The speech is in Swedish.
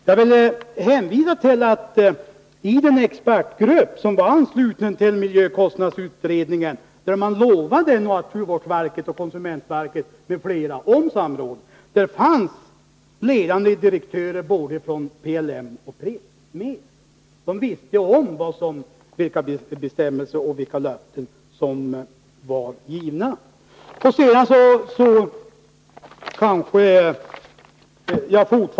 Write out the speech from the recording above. Jag vill hänvisa till att den expertgrupp som var ansluten till miljökostnadsutredningen lovade att samråd skulle ske med naturvårdsverket, konsumentverket m.fl. I den expertgruppen ingick ledande direktörer både från PLM och Pripps. De kände till vilka bestämmelser som gällde och vilka löften som givits.